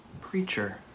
preacher